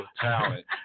talent